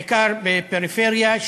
בעיקר בפריפריה,